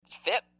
fit